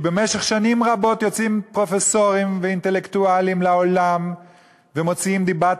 במשך שנים רבות יוצאים פרופסורים ואינטלקטואלים לעולם ומוציאים דיבת